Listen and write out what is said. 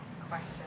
question